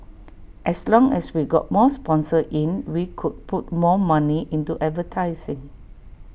as long as we got more sponsors in we could put more money into advertising